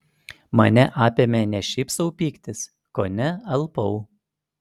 mane apėmė ne šiaip sau pyktis kone alpau